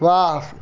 ವಾಹ್